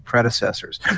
predecessors